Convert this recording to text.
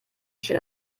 steht